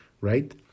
Right